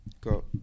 Go